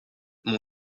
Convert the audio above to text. mon